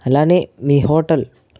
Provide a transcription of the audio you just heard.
అలానే మీ హోటల్